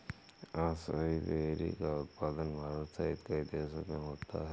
acai berry का उत्पादन भारत सहित कई देशों में होता है